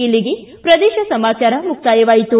ಇಲ್ಲಿಗೆ ಪ್ರದೇಶ ಸಮಾಚಾರ ಮುಕ್ತಾಯವಾಯಿತು